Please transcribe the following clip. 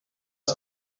was